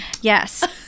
Yes